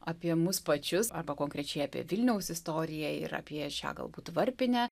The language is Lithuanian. apie mus pačius arba konkrečiai apie vilniaus istoriją ir apie šią galbūt varpinę